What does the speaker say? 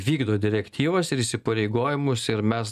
vykdo direktyvas ir įsipareigojimus ir mes